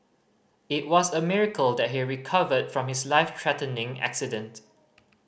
it was a miracle that he recovered from his life threatening accident